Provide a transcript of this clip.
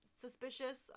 suspicious